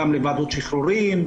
אולי סעיד יעזור לי בעניין הזה.